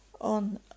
on